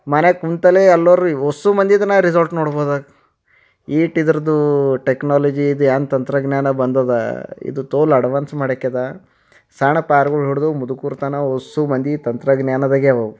ಮನ್ಯಾಗ ಕೂತಲ್ಲೇ ಎಲ್ಲರೂ ಈಗ ಒಸ್ಸು ಮಂದಿದು ನಾ ರಿಸಲ್ಟ್ ನೋಡ್ಬೋ್ದು ಈಟ್ ಇದರ್ದು ಟೆಕ್ನಾಲಜಿ ಇದು ಏನ್ ತಂತ್ರಜ್ಞಾನ ಬಂದದ ಇದು ತೋಲ್ ಅಡ್ವಾನ್ಸ್ ಮಾಡಾಕ್ಯದ ಸಣ್ಣ ಪಾರುಗಳು ಹಿಡಿದು ಮುದುಕರ ತನಕ ಒಸ್ಸು ಮಂದಿ ತಂತ್ರಜ್ಞಾನದಾಗೆ ಅವವು